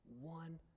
one